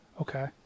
okay